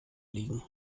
liegen